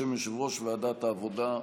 בשם יושב-ראש ועדת העבודה,